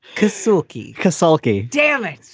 keisuke cassol k darlings.